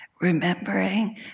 remembering